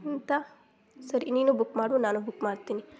ಎಂಥ ಸರಿ ನೀನು ಬುಕ್ ಮಾಡು ನಾನು ಬುಕ್ ಮಾಡ್ತೀನಿ